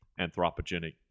anthropogenic